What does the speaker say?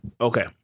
Okay